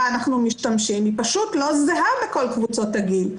אנחנו משתמשים פשוט לא זהה בכל קבוצות הגיל.